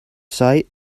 sight